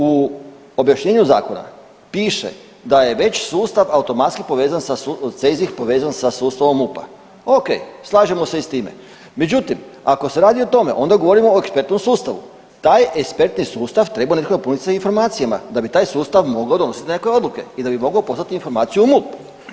U objašnjenju zakona piše da je već sustav automatski povezan CEZIH povezan sa sustavom MUP-a, ok, slažemo se i s time, međutim ako se radi o tome onda govorimo o ekspertnom sustavu, taj ekspertni sustav treba … informacijama da bi taj sustav mogao donositi neke odluke i da bi mogao poslati informaciju u MUP.